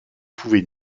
pouvait